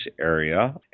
area